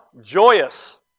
joyous